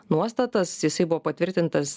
nuostatas jisai buvo patvirtintas